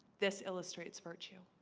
this illustrates virtue